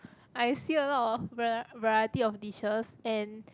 I see a lot of var~ variety of dishes and